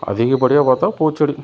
அதிகப்படியாக பார்த்தா பூச்செடி